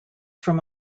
from